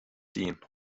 dean